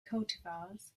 cultivars